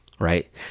right